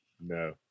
No